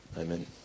Amen